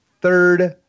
third